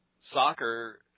soccer